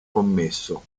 commesso